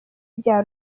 rya